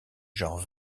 genres